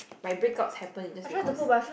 my breakouts happen is just because